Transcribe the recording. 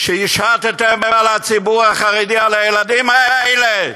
שהִשַתתם על הציבור החרדי, על הילדים האלה.